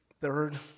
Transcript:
third